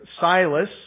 Silas